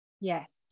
yes